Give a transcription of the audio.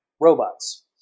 robots